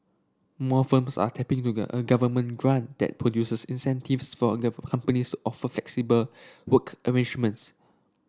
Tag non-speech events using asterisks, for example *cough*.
more firms are tapping to *unintelligible* a Government grant that produces incentives for *unintelligible* companies offer flexible work arrangements